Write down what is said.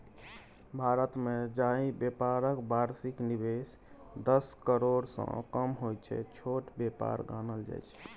भारतमे जाहि बेपारक बार्षिक निबेश दस करोड़सँ कम होइ छै छोट बेपार गानल जाइ छै